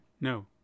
No